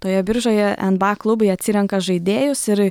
toje biržoje nba klubai atsirenka žaidėjus ir